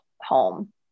home